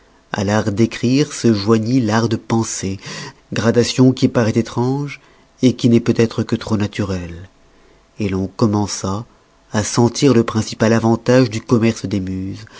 à l'art d'écrire se joignit l'art de penser gradation qui paroît étrange qui n'est peut-être que trop naturelle l'on commença à sentir le principal avantage du commerce des muses